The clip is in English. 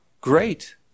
great